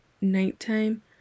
Nighttime